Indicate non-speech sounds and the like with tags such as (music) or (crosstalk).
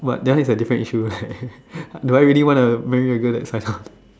but that one is like a different issue right (laughs) do I really wanna marry a girl that sign on (laughs)